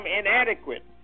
inadequate